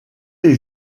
les